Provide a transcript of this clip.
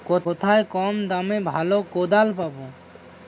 কোথায় কম দামে ভালো কোদাল পাব?